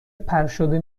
پرشده